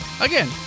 Again